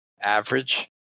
average